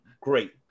great